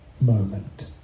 moment